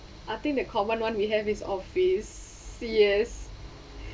I think the common one we have is office yes